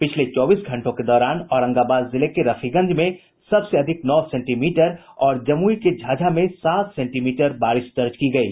पिछले चौबीस घंटों के दौरान औरंगाबाद जिले के रफीगंज में सबसे अधिक नौ सेंटीमीटर और जमुई के झाझा में सात सेंटीमीटर बारिश दर्ज की गयी